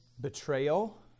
Betrayal